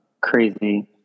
Crazy